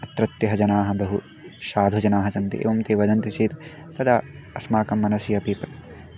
अत्रत्यः जनाः बहु साधुजनाः सन्ति एवं ते वदन्ति चेत् तदा अस्माकं मनसि अपि